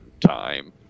time